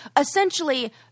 essentially